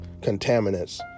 contaminants